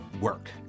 work